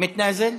מתנאזל?